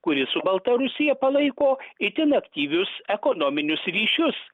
kuri su baltarusija palaiko itin aktyvius ekonominius ryšius